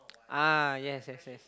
ah yes yes yes